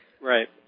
Right